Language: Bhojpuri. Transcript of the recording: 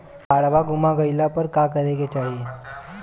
काडवा गुमा गइला पर का करेके चाहीं?